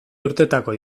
urtetako